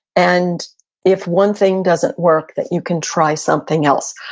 and if one thing doesn't work, that you can try something else.